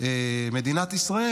מדינת ישראל,